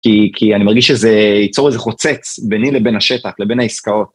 כי כי אני מרגיש שזה ייצור איזה חוצץ ביני לבין השטח, לבין העסקאות.